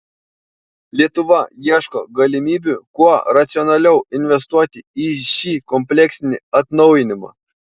lietuva ieško galimybių kuo racionaliau investuoti į šį kompleksinį atnaujinimą